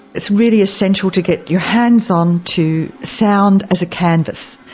it's really essential to get your hands on to sound as a canvas.